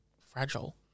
fragile